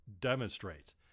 demonstrates